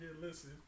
listen